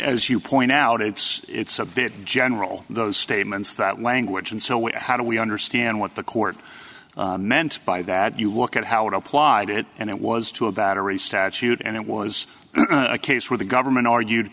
as you point out it's it's a bit general those statements that language and so what how do we understand what the court meant by that you look at how it applied it and it was to a battery statute and it was a case where the government argued